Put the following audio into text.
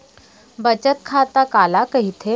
बचत खाता काला कहिथे?